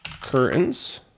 curtains